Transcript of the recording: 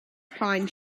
pine